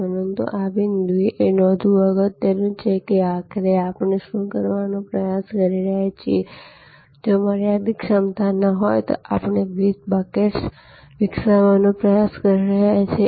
પરંતુ આ બિંદુએ એ નોંધવું અગત્યનું છે કે આખરે આપણે શું કરવાનો પ્રયાસ કરી રહ્યા છીએ જો ત્યાં મર્યાદિત ક્ષમતા હોય તો આપણે વિવિધ બકેટ્સ વિકસાવવાનો પ્રયાસ કરી રહ્યા છીએ